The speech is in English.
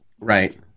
Right